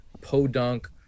podunk